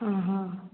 हां हां